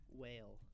whale